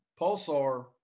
Pulsar